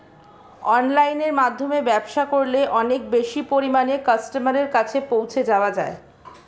অনলাইনের মাধ্যমে ব্যবসা করলে অনেক বেশি পরিমাণে কাস্টমারের কাছে পৌঁছে যাওয়া যায়?